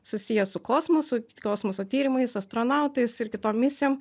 susiję su kosmosu kosmoso tyrimais astronautais ir kitom misijom